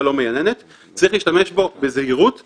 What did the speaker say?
לא משנה לכם הפרוצדורה כל